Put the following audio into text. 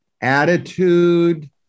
attitude